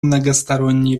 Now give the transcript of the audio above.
многосторонние